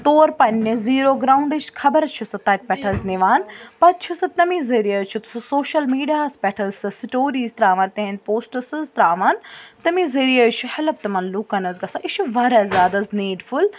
تور پنٛنہِ زیٖرو گرٛاوُنٛڈٕچ خبر چھِ سُہ تَتہِ پٮ۪ٹھ حظ نِوان پَتہٕ چھُ سُہ تَمی ذریعہ حظ چھِ سُہ سوشَل میٖڈیاہَس پٮ۪ٹھ حظ سُہ سٕٹوریٖز ترٛاوان تِہِنٛدۍ پوسٹٕس حظ ترٛاوان تَمے ذٔریعہ حظ چھِ ہٮ۪لٕپ تِمَن لُکَن حظ گَژھان یہِ چھُ واریاہ زیادٕ حظ نیٖڈفُل